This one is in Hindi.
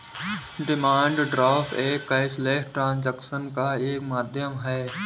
डिमांड ड्राफ्ट एक कैशलेस ट्रांजेक्शन का एक माध्यम है